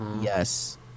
yes